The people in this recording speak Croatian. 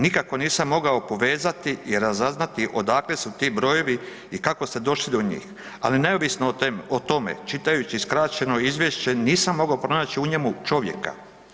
Nikako nisam mogao povezati i razaznati odakle su ti brojevi i kako ste došli do njih, ali neovisno o tome, čitajući skraćeno izvješće, nisam mogao pronaći u njemu čovjeka.